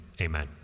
amen